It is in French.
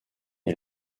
est